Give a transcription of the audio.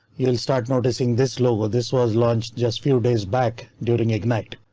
you'll start noticing this logo. this was launched just few days back during ignite.